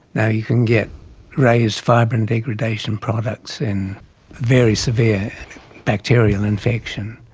now, you can get raised fibrin degradation products in very severe bacterial infection.